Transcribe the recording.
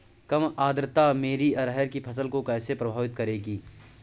कम आर्द्रता मेरी अरहर की फसल को कैसे प्रभावित करेगी?